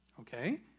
Okay